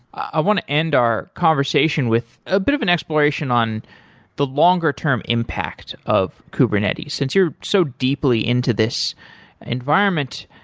i want to end our conversation with a bit of an exploration on the longer-term impact of kubernetes. since you're so deeply into this environment,